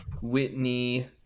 Whitney